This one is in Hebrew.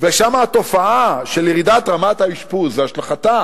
ושם התופעה של ירידת רמת האשפוז והשלכתה